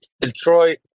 Detroit